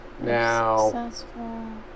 Now